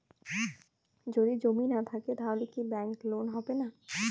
যদি জমি না থাকে তাহলে কি ব্যাংক লোন হবে না?